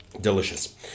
Delicious